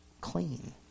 clean